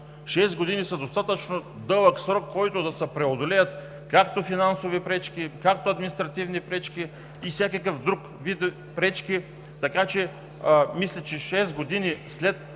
Шест години са достатъчно дълъг срок да се преодолеят както финансови пречки, както административни пречки, така и всякакъв друг вид пречки. Така че мисля, че шест години след този